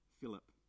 Philip